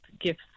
gifts